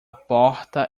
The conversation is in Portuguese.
porta